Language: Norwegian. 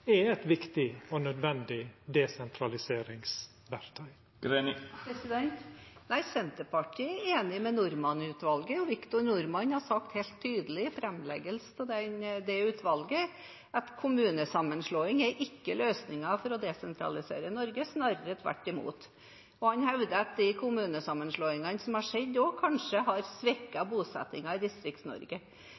er eit viktig og nødvendig desentraliseringsverktøy? Nei, Senterpartiet er enig med Norman-utvalget. Victor Norman sa helt tydelig ved framleggelsen av utvalgets NOU at kommunesammenslåing ikke er løsningen for å desentralisere Norge, snarere tvert imot. Han hevder også at de kommunesammenslåingene som har skjedd, kanskje har svekket bosettingen i